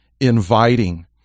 inviting